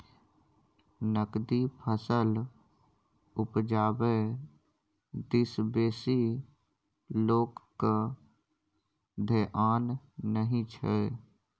नकदी फसल उपजाबै दिस बेसी लोकक धेआन नहि छै